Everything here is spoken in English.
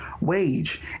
wage